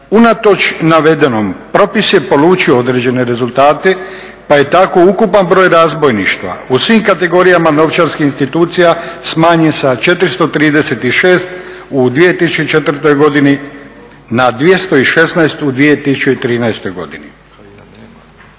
Unatoč navedenom propis je polučio određene rezultate, pa je tako ukupan broj razbojništva u svim kategorijama novčarskih institucija smanjen sa 436 u 2004. godini na 216 u 2013. godini.